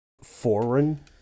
foreign